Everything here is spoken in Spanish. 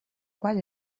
cual